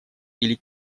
или